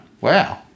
Wow